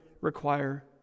require